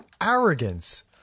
arrogance